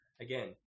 Again